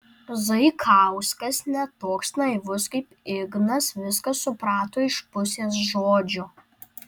zaikauskas ne toks naivus kaip ignas viską suprato iš pusės žodžio